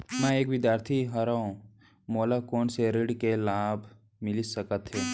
मैं एक विद्यार्थी हरव, मोला कोन से ऋण के लाभ मिलिस सकत हे?